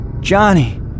Johnny